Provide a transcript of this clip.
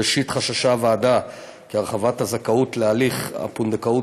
ראשית חששה הוועדה כי הרחבת הזכאות להליך הפונדקאות